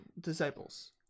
Disciples